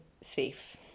safe